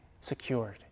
secured